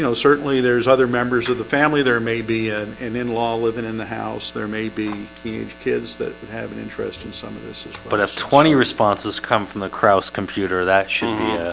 you know certainly there's other members of the family. there may be and an in-law living in the house there may be age kids that have an interest in some of this but if twenty responses come from the kraus computer that she